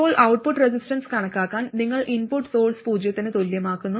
ഇപ്പോൾ output resistance കണക്കാക്കാൻ നിങ്ങൾ ഇൻപുട്ട് സോഴ്സ് പൂജ്യത്തിന് തുല്യമാക്കുന്നു